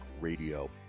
Radio